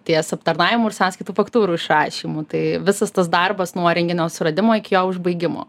ties aptarnavimu ir sąskaitų faktūrų išrašymu tai visas tas darbas nuo renginio suradimo iki jo užbaigimo